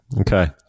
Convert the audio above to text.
Okay